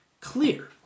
clear